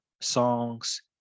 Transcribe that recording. songs